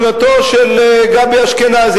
אפשר להאריך את כהונתו של גבי אשכנזי.